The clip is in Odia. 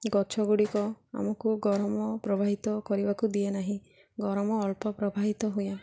ଗଛ ଗୁଡ଼ିକ ଆମକୁ ଗରମ ପ୍ରବାହିତ କରିବାକୁ ଦିଏ ନାହିଁ ଗରମ ଅଳ୍ପ ପ୍ରବାହିତ ହୁଏ